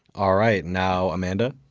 alright. now, amanda?